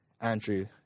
Andrew